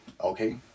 okay